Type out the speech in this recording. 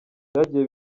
byagiye